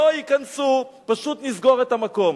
לא ייכנסו, פשוט נסגור את המקום.